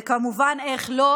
וכמובן, איך לא?